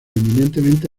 eminentemente